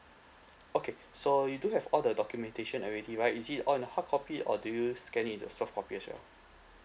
okay so you do have all the documentation already right is it all in the hardcopy or do you scan it into soft copy as well